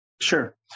Sure